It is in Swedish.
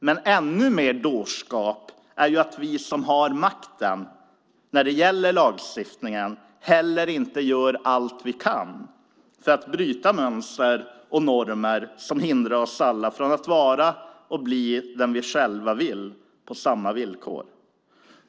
Men en ännu större dårskap är det att vi som har makten när det gäller lagstiftningen inte gör allt vi kan för att bryta mönster och normer som hindrar oss från att vara och bli den vi själva vill och på samma villkor.